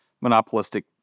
monopolistic